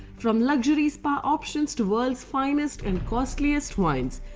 from luxury spa options to world's finest and costliest wines.